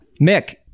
Mick